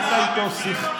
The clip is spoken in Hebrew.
אתה ניהלת איתו שיחה,